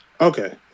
Okay